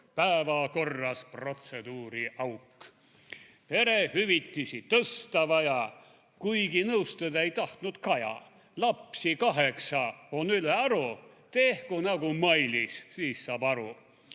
päevakorras protseduuriauk. / Perehüvitisi tõsta vaja, / kuigi nõustuda ei tahtnud Kaja. / Lapsi kaheksa on ülearu, / tehku nagu Mailis, siis saab aru.